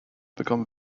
become